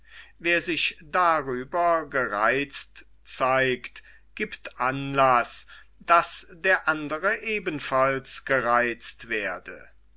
wer sich darüber gereitzt zeigt giebt anlaß daß der andre ebenfalls gereitzt werde